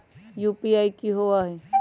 UPI कि होअ हई?